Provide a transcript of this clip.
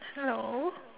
hello